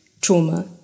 trauma